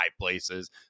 places